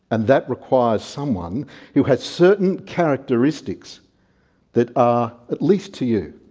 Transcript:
and that requires someone who has certain characteristics that are, at least to you,